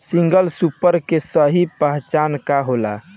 Single super के सही पहचान का होला?